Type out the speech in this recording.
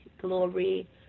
glory